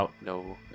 no